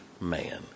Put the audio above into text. man